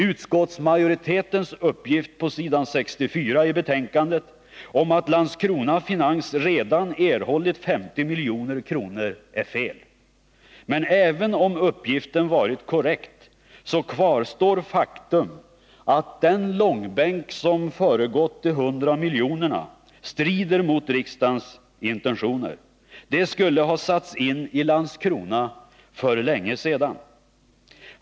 Utskottsmajoritetens uppgift på s. 64 i betänkandet om att Landskrona Finans redan erhållit 50 milj.kr. är felaktig. Men även om uppgiften varit korrekt, så kvarstår faktum att den ”långbänk” som föregått de 100 miljonerna strider mot riksdagens intentioner. De skulle ha satts in i Landskrona för länge sedan.